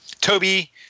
Toby –